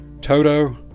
Toto